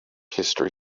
history